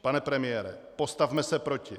Pane premiére, postavme se proti.